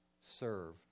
serve